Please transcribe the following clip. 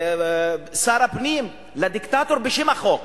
שר הפנים, לדיקטטור בשם החוק.